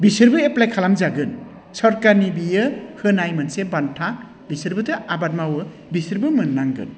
बिसोरबो एप्लाइ खालामजागोन सरकारनि बियो होनाय मोनसे बान्था बिसोरबोथ' आबाद मावो बिसोरबो मोनांगोन